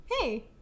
Hey